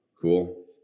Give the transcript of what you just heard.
Cool